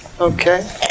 Okay